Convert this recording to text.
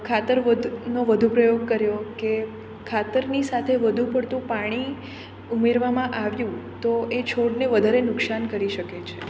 ખાતર વધનો વધુ પ્રયોગ કર્યો કે ખાતરની સાથે વધુ મળતું પાણી ઉમેરવામાં આવ્યું તો એ છોડને વધારે નુકસાન કરી શકે છે